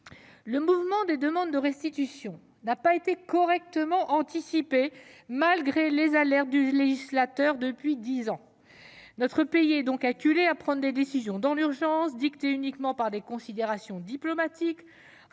Le mouvement des demandes de restitution n'a pas été correctement anticipé malgré les alertes lancées par le législateur depuis dix ans. Notre pays est donc acculé à prendre dans l'urgence des décisions dictées uniquement par des considérations diplomatiques,